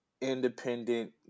independent